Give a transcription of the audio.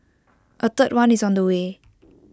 A third one is on the way